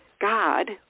God